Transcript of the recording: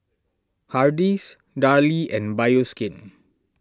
Hardy's Darlie and Bioskin